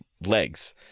legs